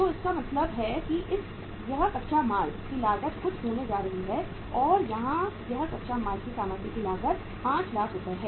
तो इसका मतलब है कि यह कच्चे माल की लागत कुछ होने जा रही है और यहाँ यह कच्चे माल की सामग्री की लागत 5 लाख रु है